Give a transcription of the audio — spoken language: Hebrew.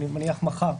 אני מניח.